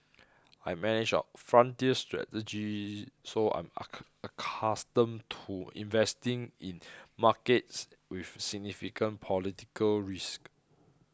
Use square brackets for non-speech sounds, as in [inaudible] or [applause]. I manage our frontier strategy so I'm [unintelligible] accustomed to investing in markets with significant political risk